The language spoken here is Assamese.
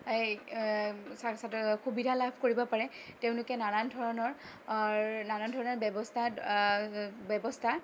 সুবিধা লাভ কৰিব পাৰে তেওঁলোকে নানান ধৰণৰ নানান ধৰণৰ ব্যৱস্থা ব্যৱস্থা